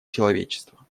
человечества